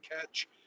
catch